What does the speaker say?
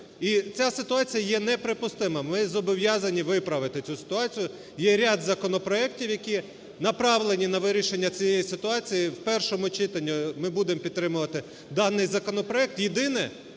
і ця ситуація є неприпустима. Ми зобов'язані виправити цю ситуацію. Є ряд законопроектів, які направлені на вирішенні цієї ситуації. В першому читанні ми будемо підтримувати даний законопроект. Єдине,